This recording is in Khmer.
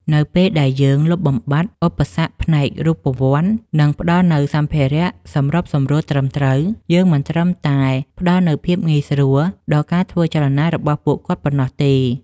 នៅពេលដែលយើងលុបបំបាត់ឧបសគ្គផ្នែករូបវន្ត និងផ្ដល់នូវសម្ភារៈសម្របសម្រួលត្រឹមត្រូវ យើងមិនត្រឹមតែផ្ដល់នូវភាពងាយស្រួលដល់ការធ្វើចលនារបស់ពួកគាត់ប៉ុណ្ណោះទេ។